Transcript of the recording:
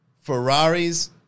Ferraris